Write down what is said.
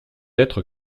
être